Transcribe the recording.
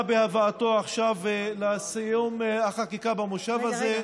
בהבאתו עכשיו לסיום החקיקה במושב הזה,